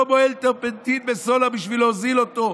מוהל טרפנטין בסולר בשביל להוזיל אותו.